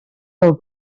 del